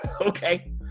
okay